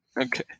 Okay